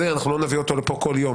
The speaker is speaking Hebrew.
אנחנו לא נביא אותו לפה כל יום.